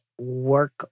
work